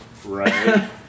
Right